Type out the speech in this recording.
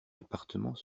l’appartement